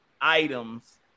items